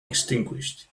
extinguished